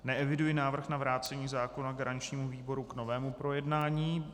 Neeviduji návrh na vrácení zákona garančnímu výboru k novému projednání.